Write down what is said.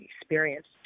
experience